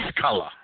color